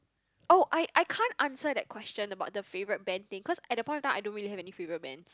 oh I I can't answer that question about the favourite band thing cause at that point of time I don't really have any favourite bands